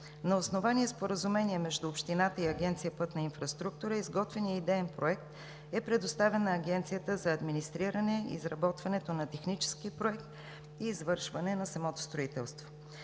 На основание споразумение между Общината и Агенция „Пътна инфраструктура“ е изготвен и идеен проект и е предоставен на Агенцията за администриране и изработването на технически проект и извършване на самото строителство.